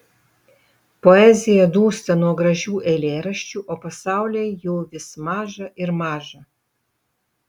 poezija dūsta nuo gražių eilėraščių o pasauliui jų vis maža ir maža